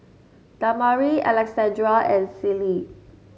Damari Alexandria and Celie